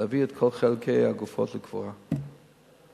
להביא את כל חלקי הגופות לקבורה בקרוב.